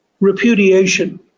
repudiation